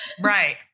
Right